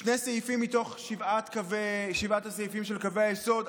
שני סעיפים מתוך שבעת הסעיפים של קווי היסוד,